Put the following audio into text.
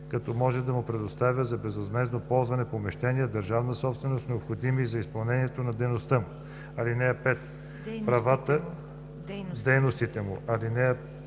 като може да му предоставя за безвъзмездно ползване помещения – държавна собственост, необходими за изпълнението на дейностите му. (5) Правата по